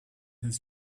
his